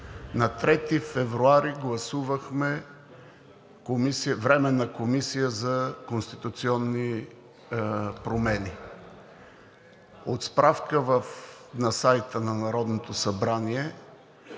На 3 февруари гласувахме Временна комисия за конституционни промени. От справка на сайта на Народното събрание